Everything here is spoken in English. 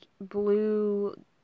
blue